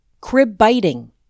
crib-biting